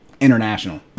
international